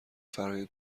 فرایند